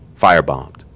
firebombed